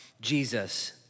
Jesus